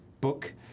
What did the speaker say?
book